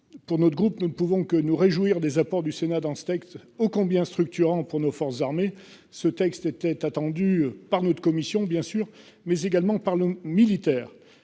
Pour notre groupe, nous ne pouvons que nous réjouir des apports du Sénat dans ce texte, oh combien structurants pour nos forces armées. Ce texte était attendu par notre commission bien sûr mais également par le militaire.